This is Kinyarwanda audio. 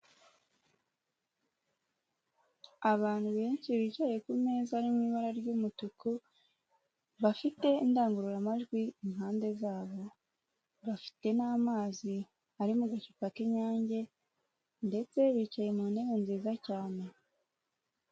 Abantu benshi bicaye ku meza ari mu ibara ry'umutuku, bafite indangururamajwi impande zabo, bafite n'amazi arimo agacupa k'Inyange ndetse bicaye mu ntebe nziza cyane.